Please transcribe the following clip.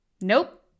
Nope